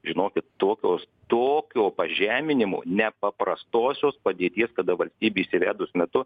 žinokit tokios tokio pažeminimo nepaprastosios padėties kada valstybei įsivedus metu